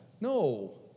No